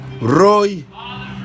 Roy